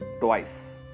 twice